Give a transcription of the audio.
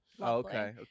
okay